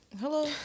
Hello